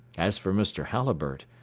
as for mr. halliburtt,